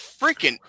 Freaking